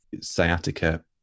Sciatica